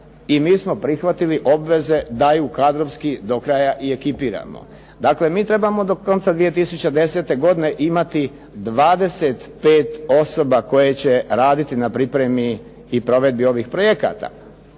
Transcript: i mi smo prihvatili obveze da je kadrovski do kraja i ekipiramo. Dakle, mi trebamo do konca 2010. godine imati 25 osoba koje će raditi na pripremi i provedbi ovih projekata.